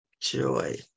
joy